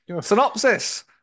Synopsis